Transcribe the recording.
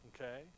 Okay